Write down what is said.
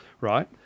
right